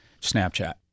Snapchat